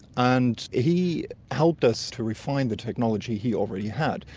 and he helped us to refine the technology he already had.